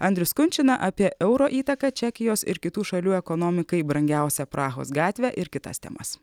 andrius kunčina apie euro įtaką čekijos ir kitų šalių ekonomikai brangiausią prahos gatvę ir kitas temas